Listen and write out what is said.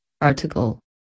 article